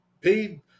paid